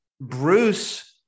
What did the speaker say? Bruce